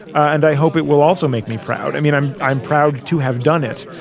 and i hope it will also make me proud. i mean, i'm i'm proud to have done it,